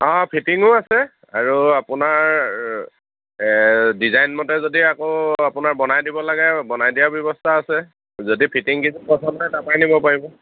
অঁ ফিটিঙো আছে আৰু আপোনাৰ ডিজাইন মতে যদি আকৌ আপোনাৰ বনাই দিব লাগে বনাই দিয়াৰ ব্যৱস্থা আছে যদি ফিটিং প্ৰথমে তাৰপৰাই নিব পাৰিব